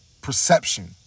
perception